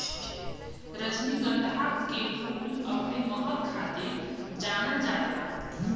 रजनीगंधा के फूल अपने महक खातिर जानल जात बा